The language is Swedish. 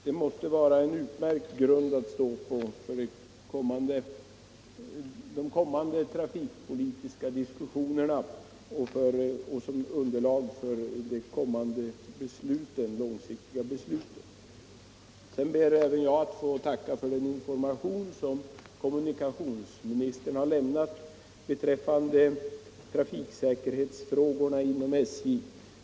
Det måste också utgöra ett värdefullt underlag för de kommande långsiktiga besluten. Sedan ber även jag att få tacka för den information som kommunikationsministern har lämnat beträffande trafiksäkerhetsfrågorna inom SJ.